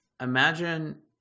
Imagine